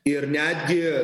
ir netgi